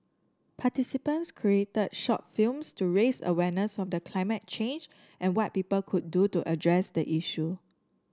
participants created short films to raise awareness of the climate change and what people could do to address the issue